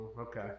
okay